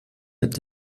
mit